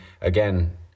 again